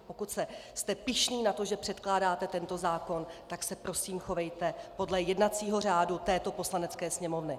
Pokud jste pyšný na to, že předkládáte tento zákon, tak se prosím chovejte podle jednacího řádu této Poslanecké sněmovny!